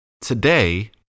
Today